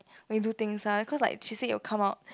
when you do things ah cause she like she say it will come out